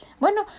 Bueno